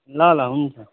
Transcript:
ल ल हुन्छ